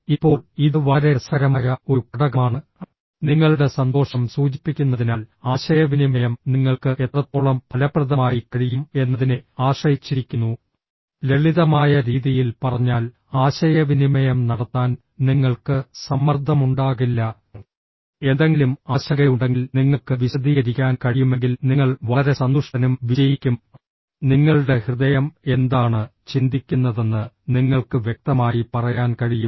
ഇപ്പോൾ ഇത് വളരെ രസകരമായ ഒരു ഘടകമാണ് നിങ്ങളുടെ സന്തോഷം സൂചിപ്പിക്കുന്നതിനാൽ ആശയവിനിമയം നിങ്ങൾക്ക് എത്രത്തോളം ഫലപ്രദമായി കഴിയും എന്നതിനെ ആശ്രയിച്ചിരിക്കുന്നു ലളിതമായ രീതിയിൽ പറഞ്ഞാൽ ആശയവിനിമയം നടത്താൻ നിങ്ങൾക്ക് സമ്മർദ്ദമുണ്ടാകില്ല എന്തെങ്കിലും ആശങ്കയുണ്ടെങ്കിൽ നിങ്ങൾക്ക് വിശദീകരിക്കാൻ കഴിയുമെങ്കിൽ നിങ്ങൾ വളരെ സന്തുഷ്ടനും വിജയിക്കും നിങ്ങളുടെ ഹൃദയം എന്താണ് ചിന്തിക്കുന്നതെന്ന് നിങ്ങൾക്ക് വ്യക്തമായി പറയാൻ കഴിയും